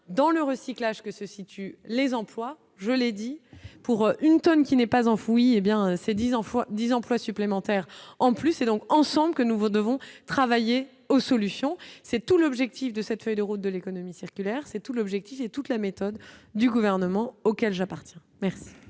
dans le recyclage que se situent les employes, je l'ai dit : pour une tonne qui n'est pas enfoui, hé bien ces 10 enfants 10 emplois supplémentaires en plus, c'est donc ensemble que nous vous devons travailler aux solutions, c'est tout l'objectif de cette feuille de route de l'économie circulaire c'est tout l'objectif et toute la méthode du gouvernement auquel j'appartiens. Merci,